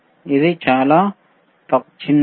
ఇది కూడా చాలా చిన్నది